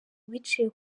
biciye